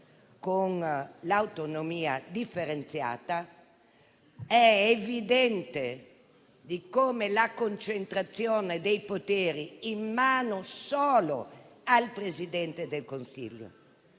con l'autonomia differenziata, è evidente di come la concentrazione dei poteri in mano solo al Presidente del Consiglio